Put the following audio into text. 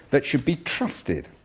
that should be trusted?